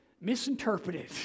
misinterpreted